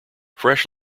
fresh